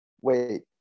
Wait